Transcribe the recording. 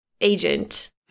agent